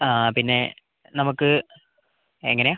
ആ പിന്നേ നമുക്ക് എങ്ങനെയാ